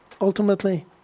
Ultimately